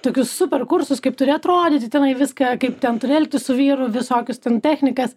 tokius super kursus kaip turi atrodyti tenai viską kaip ten turi elgtis su vyru visokius ten technikas